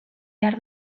behar